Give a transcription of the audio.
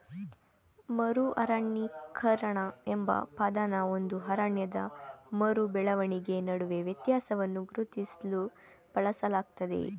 ಮರು ಅರಣ್ಯೀಕರಣ ಎಂಬ ಪದನ ಒಂದು ಅರಣ್ಯದ ಮರು ಬೆಳವಣಿಗೆ ನಡುವೆ ವ್ಯತ್ಯಾಸವನ್ನ ಗುರುತಿಸ್ಲು ಬಳಸಲಾಗ್ತದೆ